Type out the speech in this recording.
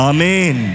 Amen